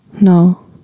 no